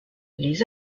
les